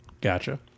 Gotcha